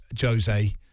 Jose